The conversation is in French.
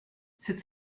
cette